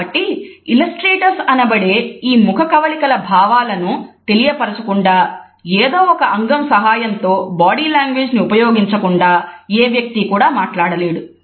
కాబట్టి ఇల్లస్ట్రేటర్స్ అనబడే ఈ ముఖకవళికల భావాలను తెలియపరచకుండా ఏదో ఒక అంగం సహాయంతో బాడీ లాంగ్వేజ్ను ఉపయోగించకుండా ఏ ఒక్క వ్యక్తి కూడా మాట్లాడలేడు